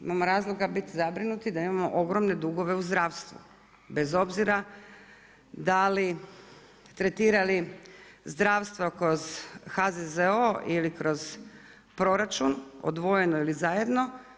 Imamo razloga bit zabrinuti da imamo ogromne dugove u zdravstvu bez obzira da li tretirali zdravstvo kroz HZZO ili kroz proračun odvojeno ili zajedno.